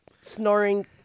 snoring